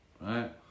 right